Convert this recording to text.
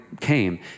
came